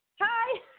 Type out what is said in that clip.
Hi